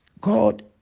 God